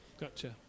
gotcha